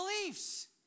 beliefs